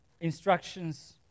instructions